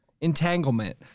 Entanglement